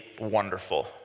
wonderful